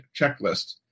checklist